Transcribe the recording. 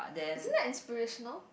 isn't that inspirational